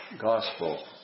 gospel